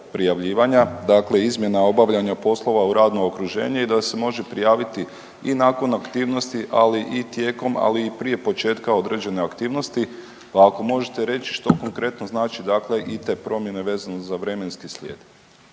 prijavljivanja dakle izmjena obavljanja poslova u radno okruženje i da se može prijaviti i nakon aktivnosti ali i tijekom, ali i prije početka određene aktivnosti pa ako možete reći što konkretno znači dakle i te promjene vezano za vremenski slijed.